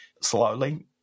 Slowly